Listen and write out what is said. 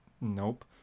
nope